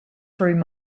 through